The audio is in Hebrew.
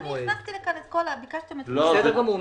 אני הכנסתי לכאן את כל ביקשתם את --- בסדר גמור,